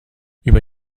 über